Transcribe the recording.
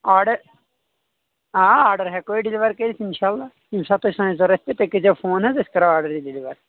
order آ order ہیٚکو أسۍ ڈیلور کٔرِتھ انشاء اللہ ییٚمہِ ساتہٕ تۄہہِ سٲنۍ ضروٗرت پے تُہۍ کٔرۍ زیو فون حظ أسۍ کَرو آرڈر ڈیلور